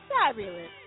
fabulous